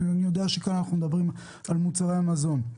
אני יודע שכאן אנחנו מדברים על מוצרי מזון.